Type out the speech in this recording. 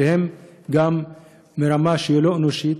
שהם ברמה לא אנושית.